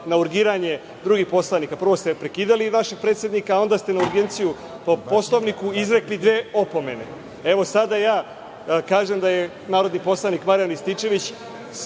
na urgiranje drugih poslanika, prvo ste prekidali našeg predsednika, a onda ste, na urgenciju po Poslovniku, izrekli dve opomene. Sada kažem da je narodni poslanik Marijan Rističević